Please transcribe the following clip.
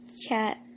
chat